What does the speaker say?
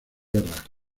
guerra